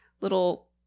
little